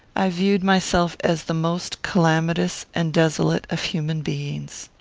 i viewed myself as the most calamitous and desolate of human beings.